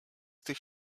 tych